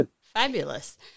Fabulous